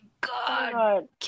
god